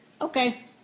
Okay